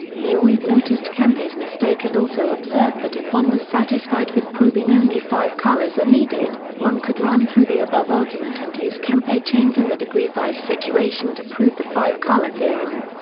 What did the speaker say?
heawood noticed kempe's mistake and also observed that if one was satisfied with proving only five colors are needed, one could run through the above argument and use kempe chains in the degree five situation to prove the five color theorem.